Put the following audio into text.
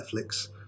Netflix